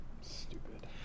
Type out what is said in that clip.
stupid